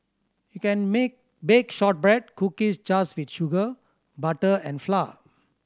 you can make bake shortbread cookies just with sugar butter and flour